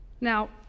Now